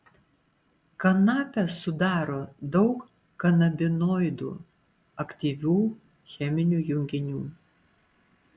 kanapę sudaro daug kanabinoidų aktyvių cheminių junginių